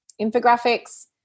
Infographics